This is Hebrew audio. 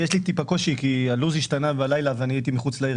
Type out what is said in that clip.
יש לי קצת קושי כי הלו"ז השתנה בלילה ואני הייתי מחוץ לעיר,